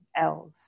else